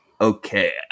okay